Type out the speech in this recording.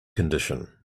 condition